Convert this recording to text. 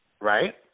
Right